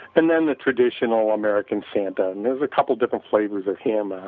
and then the traditional american santa and there's a couple of different flavors of him. ah